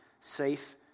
safe